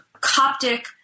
Coptic